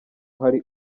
hari